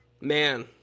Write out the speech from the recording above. Man